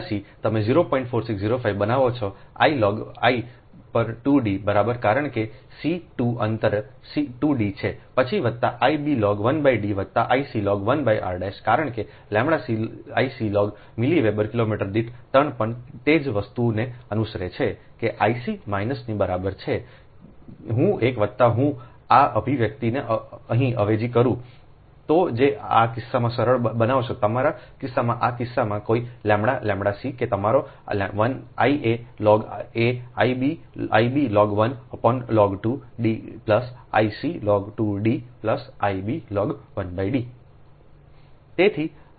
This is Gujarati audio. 4605 બનાવો છો I log 1 પર 2 D બરાબર કારણ કે c 2 અંતર 2 D છે પછી વત્તા I b log 1 D વત્તા I c log 1 r કારણ કે ʎc Ic log milliweber kilometre દીઠ ટન પણ તે જ વસ્તુને અનુસરે છે કે I c માઇનસની બરાબર છે હું એક વત્તા હું આ અભિવ્યક્તિને અહીં અવેજી કરું તો જ આ કિસ્સામાં સરળ બનાવશો તમારાકિસ્સામાં આ કિસ્સામાં કોઈʎʎc કે તમારો I a log આ I bI b log 1 upon log 2 D plus I c log 2 D plus I b log 1 D